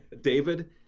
David